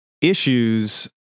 issues